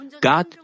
God